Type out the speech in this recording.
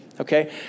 Okay